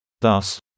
Thus